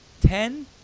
Ten